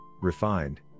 refined